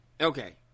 okay